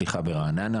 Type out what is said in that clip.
ברעננה